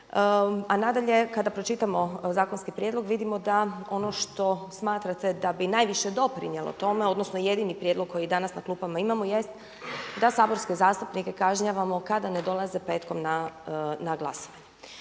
a nadalje kada pročitamo zakonski prijedlog vidimo da ono što smatrate da bi najviše doprinijelo tome odnosno jedini prijedlog koji danas na klupama imamo jest da saborske zastupnike kažnjavamo kada ne dolaze petkom na glasanje.